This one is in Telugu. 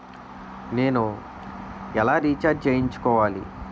నేను ఎలా రీఛార్జ్ చేయించుకోవాలి?